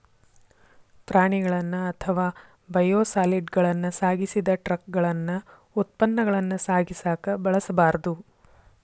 ಪ್ರಾಣಿಗಳನ್ನ ಅಥವಾ ಬಯೋಸಾಲಿಡ್ಗಳನ್ನ ಸಾಗಿಸಿದ ಟ್ರಕಗಳನ್ನ ಉತ್ಪನ್ನಗಳನ್ನ ಸಾಗಿಸಕ ಬಳಸಬಾರ್ದು